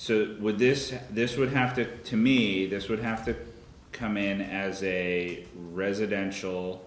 that with this this would have to to me this would have to come in as a residential